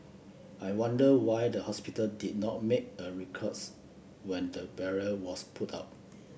I wonder why the hospital did not make a ruckus when the barrier was put up